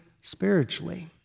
spiritually